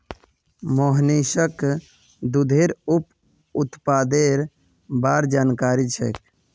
मोहनीशक दूधेर उप उत्पादेर बार जानकारी छेक